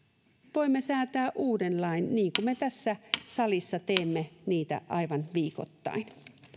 voimme säätää uuden lain niin kuin me tässä salissa teemme aivan viikoittain